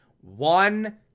One